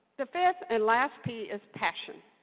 the fifth and last p is passion.